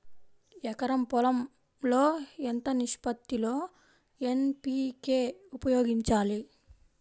ఎకరం పొలం లో ఎంత నిష్పత్తి లో ఎన్.పీ.కే ఉపయోగించాలి?